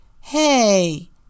Hey